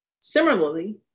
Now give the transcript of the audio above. Similarly